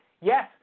Yes